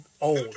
old